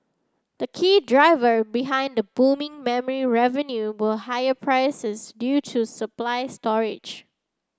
the key driver behind the booming memory revenue were higher prices due to supply